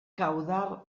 caudal